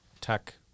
tech